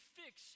fix